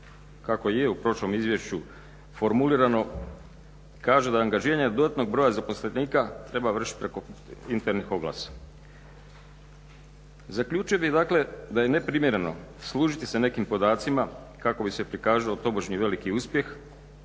kako je u prošlom Izvješću formulirano kaže da angažiranje dodatnog broja zaposlenika treba vršiti preko internih oglasa. Zaključio bih, dakle da je neprimjereno služiti se nekim podacima kako bi se prikazao tobožnji veliki uspjeh